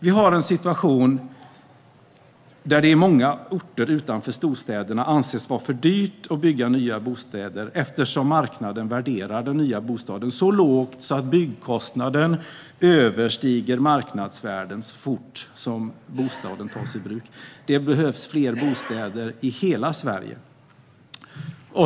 Vi har en situation där det i många orter utanför storstäderna anses vara för dyrt att bygga nya bostäder eftersom marknaden värderar den nya bostaden så lågt att byggkostnaden överstiger marknadsvärdet så fort bostaden tas i bruk. Det behövs fler bostäder i hela Sverige.